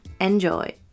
Enjoy